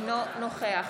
אינו נוכח